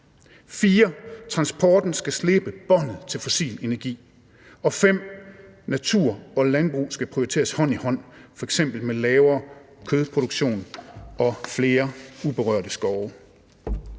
4) transporten skal slippe båndet til fossil energi, og 5) natur og landbrug skal prioriteres hånd i hånd, f.eks. med en mindre kødproduktion og flere urørte skove.